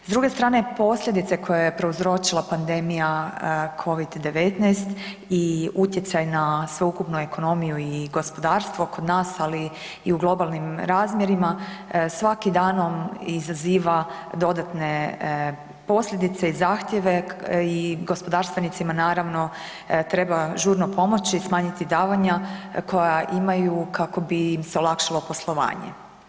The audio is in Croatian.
S druge strane posljedice koje je prouzročila pandemija covid-19 i utjecaj na sveukupnu ekonomiju i gospodarstvo kod nas, ali i u globalnim razmjerima svakim danom izaziva dodatne posljedice i zahtjeve i gospodarstvenicima naravno treba žurno pomoći, smanjiti davanja koja imaju kako bi im se olakšalo poslovanje.